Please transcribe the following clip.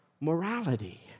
morality